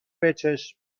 بچش